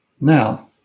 Now